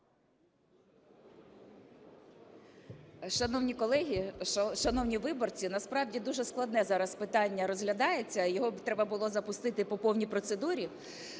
Шановні колеги! Шановні виборці! Насправді, дуже складне зараз питання розглядається, його б треба було запустити по повній процедурі.